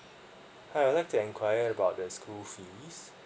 hi I would like to enquiry about the school fees